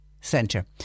Centre